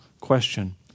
question